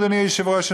אדוני היושב-ראש,